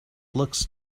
looks